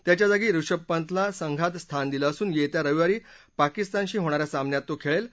त्याच्याजागी ऋषभ पंतला संघात स्थान दिलं असून येत्या रविवारी पाकिस्तानशी होणा या सामन्यात तो खेळेल